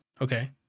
Okay